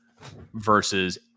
versus